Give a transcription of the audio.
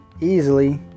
easily